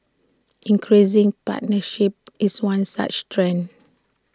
increasing partisanship is one such trend